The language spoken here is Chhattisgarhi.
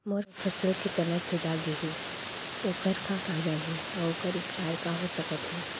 मोर फसल के तना छेदा गेहे ओखर का कारण हे अऊ ओखर उपचार का हो सकत हे?